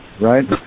right